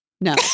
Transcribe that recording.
No